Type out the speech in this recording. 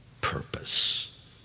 purpose